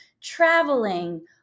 traveling